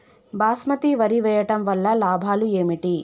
బాస్మతి వరి వేయటం వల్ల లాభాలు ఏమిటి?